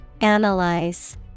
Analyze